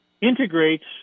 integrates